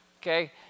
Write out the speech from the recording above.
Okay